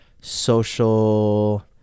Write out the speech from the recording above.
social